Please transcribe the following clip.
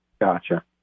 Gotcha